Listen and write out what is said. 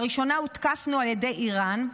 לראשונה הותקפנו על ידי איראן,